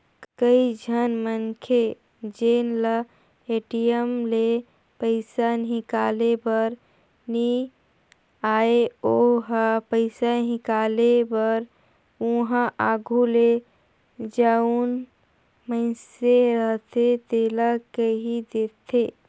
कइझन मनखे जेन ल ए.टी.एम ले पइसा हिंकाले बर नी आय ओ ह पइसा हिंकाले बर उहां आघु ले जउन मइनसे रहथे तेला कहि देथे